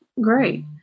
great